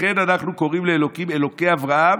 לכן אנחנו קוראים לאלוקים "אלוקי אברהם,